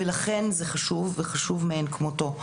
ולכן זה חשוב, וחשוב מאין כמותו.